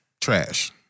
trash